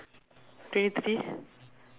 twenty three